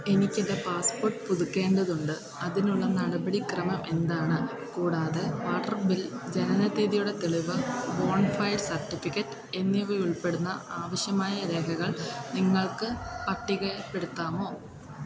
എനിക്ക് എൻ്റെ പാസ്പോർട്ട് പുതുക്കേണ്ടതുണ്ട് അതിനുള്ള നടപടിക്രമം എന്താണ് കൂടാതെ വാട്ടർ ബിൽ ജനനത്തീയതിയുടെ തെളിവ് ബോണഫൈഡ് സർട്ടിഫിക്കറ്റ് എന്നിവയുൾപ്പെടുന്ന ആവശ്യമായ രേഖകൾ നിങ്ങൾക്ക് പട്ടികപ്പെടുത്താമോ